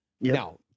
Now